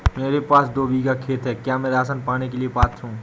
मेरे पास दो बीघा खेत है क्या मैं राशन पाने के लिए पात्र हूँ?